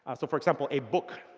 ah so, for example, a book.